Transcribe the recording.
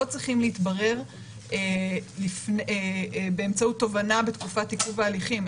צריכים להתברר באמצעות תובענה בתקופת עיכוב ההליכים,